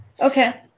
Okay